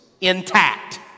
intact